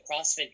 crossfit